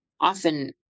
often